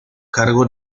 cargo